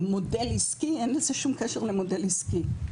במודל עסקי, אין לזה שום קשר למודל עסקי,